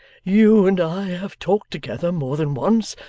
you and i have talked together, more than once,